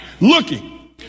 Looking